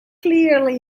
clearly